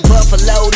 Buffalo